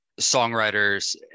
songwriters